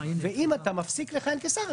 ואם אתה מפסיק לכהן כשר,